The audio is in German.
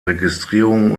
registrierung